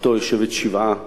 משפחתו יושבת שבעה